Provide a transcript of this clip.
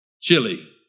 chili